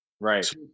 Right